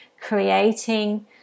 creating